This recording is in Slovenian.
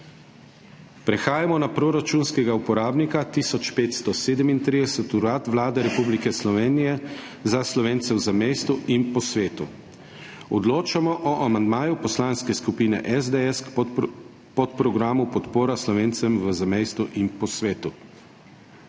Prehajamo na proračunskega uporabnika 1537 Urad Vlade Republike Slovenije za Slovence v zamejstvu in po svetu. Odločamo o amandmaju Poslanske skupine SDS k podprogramu Podpora Slovencem v zamejstvu in po svetu.